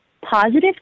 positive